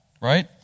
right